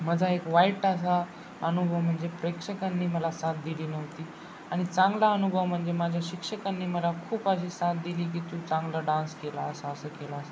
माझा एक वाईट असा अनुभव म्हणजे प्रेक्षकांनी मला साथ दिली नव्हती आणि चांगला अनुभव म्हणजे माझ्या शिक्षकांनी मला खूप अशी साथ दिली की तू चांगला डान्स केला असा असा केला असं